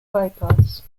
bypass